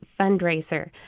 Fundraiser